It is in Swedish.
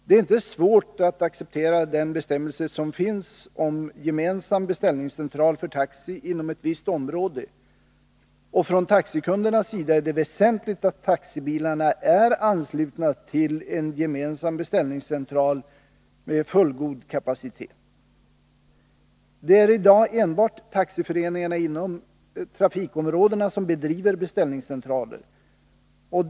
Det är inte svårt att acceptera den bestämmelse som finns om gemensam beställningscentral för Taxi inom ett visst område, och för taxikunderna är det väsentligt att taxibilarna är anslutna till en gemensam beställningscentral med fullgod kapacitet. Det är i dag enbart taxiföreningar inom trafikområdena som driver beställningscentraler.